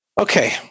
Okay